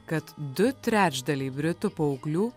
kad du trečdaliai britų paauglių